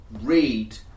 read